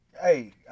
Hey